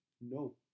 No